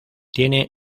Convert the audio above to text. tiene